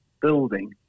building